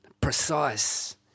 precise